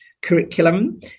curriculum